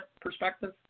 perspective